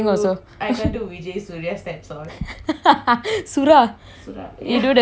sura you do the fish step all oh my god